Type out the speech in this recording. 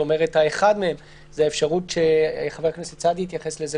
האחד מהם חבר הכנסת סעדי התייחס לזה